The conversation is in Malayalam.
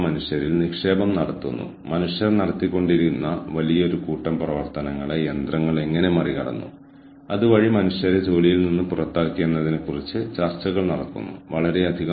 മനുഷ്യവിഭവശേഷിയുടെ വിവിധ വശങ്ങൾ മനുഷ്യവിഭവശേഷിയുടെ പ്രവർത്തനത്തെ എങ്ങനെ സഹായിക്കുന്നു സുസ്ഥിരമാക്കുന്നു എന്നതിന്റെ വിശദമായ അത്രയേറെ ഉജ്ജ്വലമായ മനോഹരമായ ഒരു ചട്ടക്കൂടാണ് ഞാൻ ഉദ്ദേശിച്ചത്